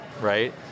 right